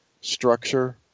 structure